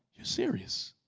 you're serious?